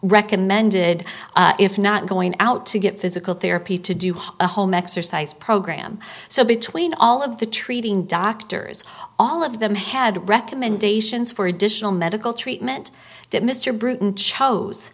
recommended if not going out to get physical therapy to do a home exercise program so between all of the treating doctors all of them had recommendations for additional medical treatment that mr bruton chose